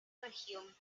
región